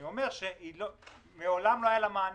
אני אומר שמעולם לא היה לה מענה,